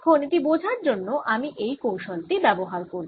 এখন এটি বোঝার জন্য আমি এই কৌশলটি ব্যাবহার করব